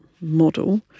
model